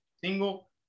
single